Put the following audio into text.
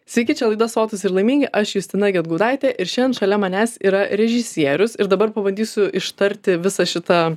sveiki čia laida sotūs ir laimingi aš justina gedgaudaitė ir šian šalia manęs yra režisierius ir dabar pabandysiu ištarti visą šitą